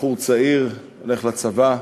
בחור צעיר הולך לצבא,